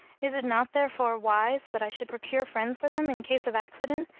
is it not, therefore, wise that i should procure friends for them, in case of accident,